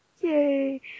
Yay